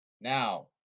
now